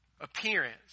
appearance